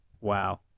Wow